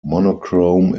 monochrome